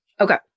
Okay